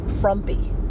frumpy